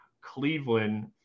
Cleveland